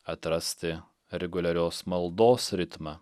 atrasti reguliarios maldos ritmą